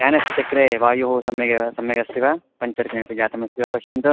यानस्य चक्रे वायुः सम्यगेव सम्यगस्ति वा पञ्चर् किमपि जातमस्ति वा पश्यन्तु